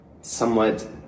somewhat